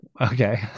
okay